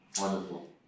Wonderful